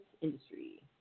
industry